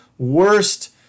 worst